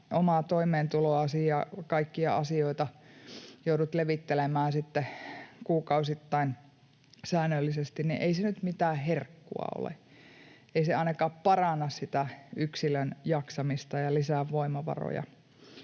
omaa toimeentuloasi ja kaikkia asioita joudut levittelemään kuukausittain säännöllisesti, niin ei se nyt mitään herkkua ole. Ei se ainakaan paranna sitä yksilön jaksamista ja lisää voimavaroja.